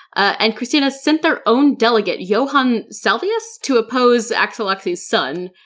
and kristina sent their own delegate, johan salvius, to oppose axel oxy's son,